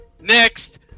next